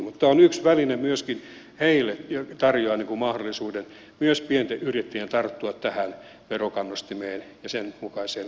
mutta tämä on myöskin heille yksi väline joka tarjoaa mahdollisuuden myös pienten yrittäjien tarttua tähän verokannustimeen ja sen mukaisen